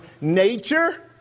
nature